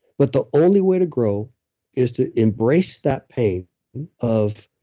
but the only way to grow is to embrace that pain of,